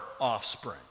offspring